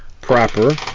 proper